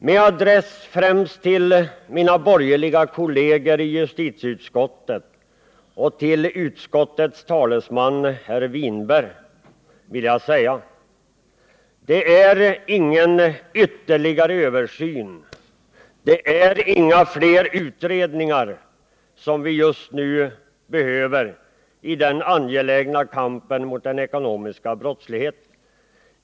Med adress främst till mina borgerliga kolleger i justitiedepartementet och till utskottets talesman herr Winberg vill jag säga: Det är ingen ytterligare översyn och inga fler utredningar som vi just nu behöver i den angelägna kampen mot den ekonomiska brottsligheten.